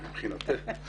מבחינתי.